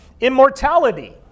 immortality